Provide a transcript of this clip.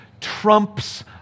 trumps